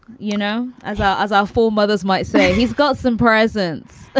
you know, as well as our foremothers might say, he's got some presence.